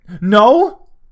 no